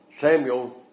Samuel